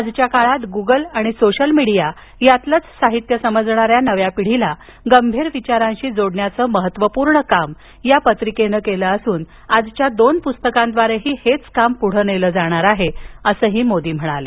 आजच्या काळात गुगल आणि सोशल मिडिया यातीलच साहित्य समजणाऱ्या नव्या पिढीला गंभीर विचारांशी जोडण्याच महत्त्वपूर्ण काम या पत्रिकेनं केल असून आजच्या दोन पुस्तकांद्वारेही हेच काम पुढे नेलं जाणार आहे असंही मोदी म्हणाले